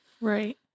Right